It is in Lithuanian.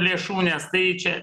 lėšų nes tai čia